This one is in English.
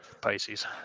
Pisces